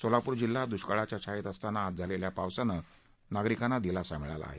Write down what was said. सोलापूर जिल्हा दृष्काळाच्या छायेत असताना आज झालेल्या पावसाने दिलासा मिळाला आहे